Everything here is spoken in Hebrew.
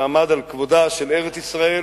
שעמד על כבודה של ארץ-ישראל,